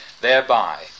thereby